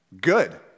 good